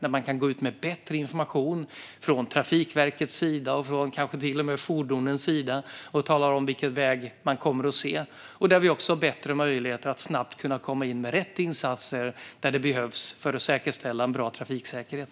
Trafikverket, och kanske till och med fordonen, kan gå ut med bättre information och tala vilket slags väg man kommer att se. Vi har också bättre möjligheter att snabbt gå ut med rätt insatser där de behövs för att säkerställa en bra trafiksäkerhet.